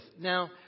Now